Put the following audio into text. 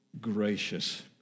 gracious